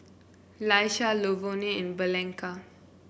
Laisha Lavonne and Blanca